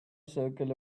circle